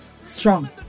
strong